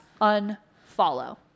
unfollow